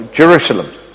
Jerusalem